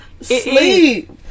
Sleep